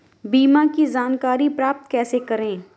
बीमा की जानकारी प्राप्त कैसे करें?